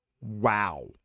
Wow